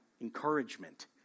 Encouragement